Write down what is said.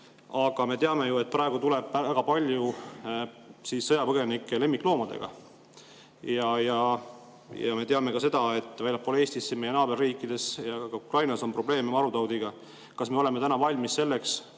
Aga me teame ju, et praegu tuleb siia väga palju sõjapõgenikke koos lemmikloomadega. Ja me teame ka seda, et väljaspool Eestit, meie naaberriikides ja Ukrainas on probleeme marutaudiga. Kas me oleme valmis selleks,